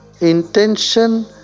Intention